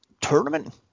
tournament